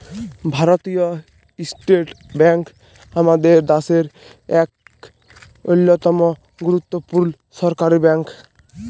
ভারতীয় State Bank আমাদের দ্যাশের ইক অল্যতম গুরুত্তপুর্ল সরকারি ব্যাংক